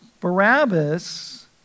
Barabbas